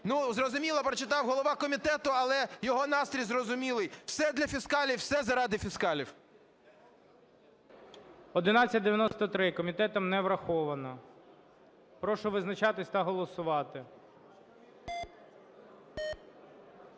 Зрозуміло, прочитав голова комітету, але його настрій зрозумілий - все для фіскалів, все заради фіскалів. ГОЛОВУЮЧИЙ. 1193 комітетом не враховано. Прошу визначатись та голосувати.